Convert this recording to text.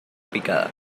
picada